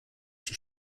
die